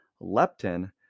leptin